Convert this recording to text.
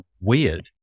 weird